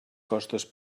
costes